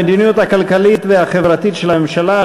המדיניות הכלכלית והחברתית של הממשלה,